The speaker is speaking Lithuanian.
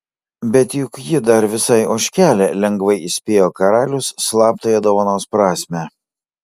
bet juk ji dar visai ožkelė lengvai įspėjo karalius slaptąją dovanos prasmę